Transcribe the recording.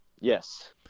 Yes